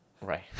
Right